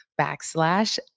backslash